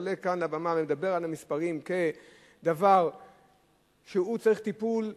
עולה כאן לבמה ומדבר על המספרים כדבר שהוא צריך טיפול לאומי,